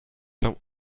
some